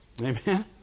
Amen